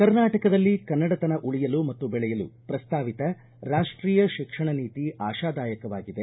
ಕರ್ನಾಟಕದಲ್ಲಿ ಕನ್ನಡತನ ಉಳಿಯಲು ಮತ್ತು ಬೆಳೆಯಲು ಪ್ರಸ್ತಾವಿತ ರಾಷ್ಟೀಯ ಶಿಕ್ಷಣ ನೀತಿ ಆಶಾದಾಯಕವಾಗಿದೆ